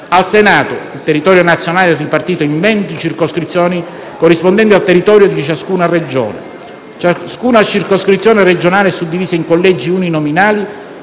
Al Senato il territorio nazionale è ripartito in 20 circoscrizioni, corrispondenti al territorio di ciascuna Regione. Ciascuna circoscrizione regionale è suddivisa in collegi uninominali